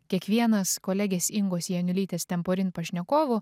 kiekvienas kolegės ingos janiulytės temporin pašnekovų